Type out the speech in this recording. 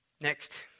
Next